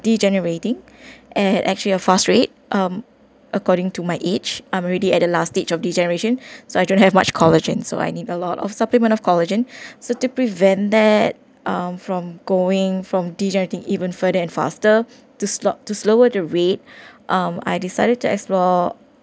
degenerating and actually a fast rate um according to my age I'm already at the last stage of the generation so I don't have much collagen so I need a lot of supplement of collagen so to prevent that um from going from degenerating even further and faster to slo~ to slower the rate um I decided to explore